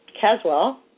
Caswell